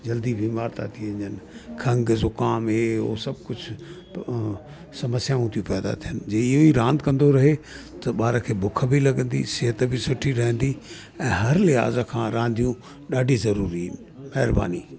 जल्दी बीमार ता थी वञनि खंङ ज़ुख़ाम इहे उहो सभु कुझु समस्याऊं थी पैदा थियनि जीअं ई रांध कंदो रहे त ॿार खे भुख बि लॻंदी सिहत बि सुठी रहंदी ऐं हर लिहाज़ खां रांधियूं ॾाढी ज़रूरी आहिनि महिरबानी